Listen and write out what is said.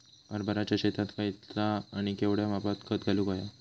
हरभराच्या शेतात खयचा आणि केवढया मापात खत घालुक व्हया?